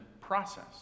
process